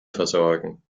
versorgen